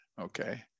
Okay